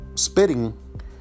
spitting